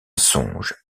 songe